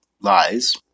lies